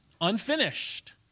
unfinished